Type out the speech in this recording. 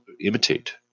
imitate